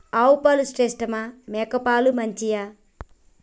ఆవు పాలు శ్రేష్టమా మేక పాలు మంచియా?